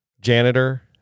janitor